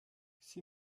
sie